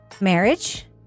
marriage